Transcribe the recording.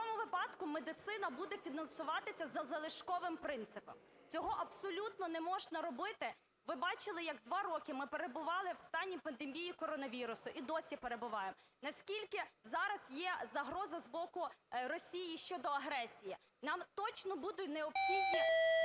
в такому випадку медицина буде фінансуватися за залишковим принципом, цього абсолютно не можна робити. Ви бачили, як два роки ми перебували в стані пандемії коронавірусу і досі перебуваємо, наскільки зараз є загроза з боку Росії щодо агресії, нам точно будуть необхідні